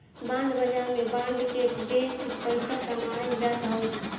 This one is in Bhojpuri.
बांड बाजार में बांड के बेच के पईसा कमाईल जात हवे